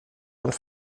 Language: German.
und